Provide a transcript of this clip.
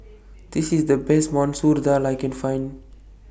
This IS The Best Masoor Dal I Can Find